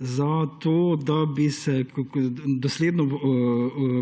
zato, da bi se dosledno